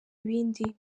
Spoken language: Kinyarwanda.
ibindi